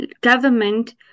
government